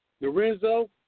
Lorenzo